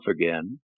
again